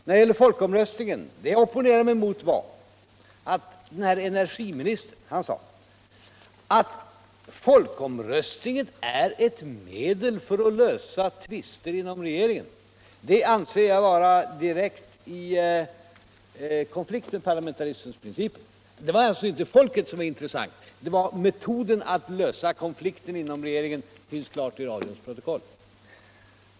Vad jag opponerade mig emot när det gäller folkomröstningen var att energiministern sade att folkomröstningen är eu medel att lösa tvister inom regeringen. Det anser jag vara i direkt konflikt med parlamentarismens principer. Det var alltså inte folket som var intressant utan metoden att lösa konflikten inom regeringen. Det finns klart återgivet i radions protokoll.